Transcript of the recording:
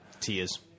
Tears